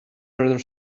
rather